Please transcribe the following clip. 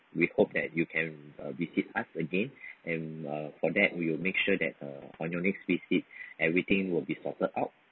we hope that you can visit us again and for that we will make sure that uh on your next visit everything will be sorted out